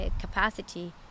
capacity